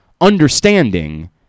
understanding